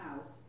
house